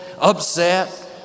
upset